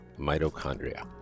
Mitochondria